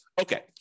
Okay